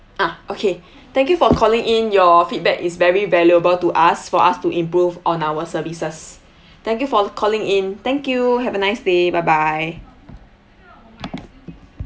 ah okay thank you for calling in your feedback is very valuable to us for us to improve on our services thank you for calling in thank you have a nice day bye bye